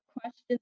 questions